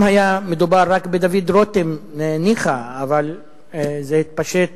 אם היה מדובר רק בדוד רותם, ניחא, אבל זה התפשט